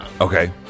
Okay